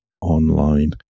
online